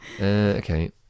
Okay